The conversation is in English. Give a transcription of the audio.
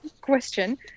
question